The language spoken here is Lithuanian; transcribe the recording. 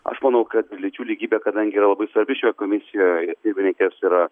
aš manau kad lyčių lygybė kadangi yra labai svarbi šioje komisijoje jeigu reikės yra